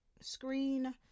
screen